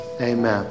Amen